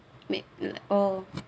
mean like oh